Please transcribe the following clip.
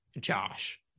Josh